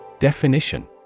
Definition